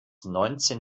neunzehn